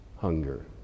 hunger